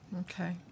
Okay